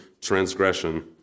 transgression